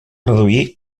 reduir